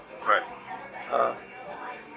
Right